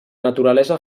naturalesa